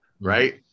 right